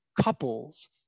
couples